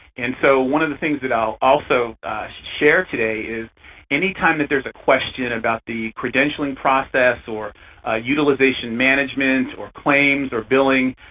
and so one of the things that i'll also share today is any time that there's a question about the credentialing process or utilization management or claims or billing,